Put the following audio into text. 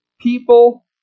people